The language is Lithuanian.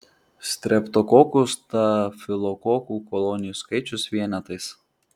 streptokokų stafilokokų kolonijų skaičius vienetais